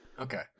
Okay